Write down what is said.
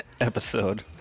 Episode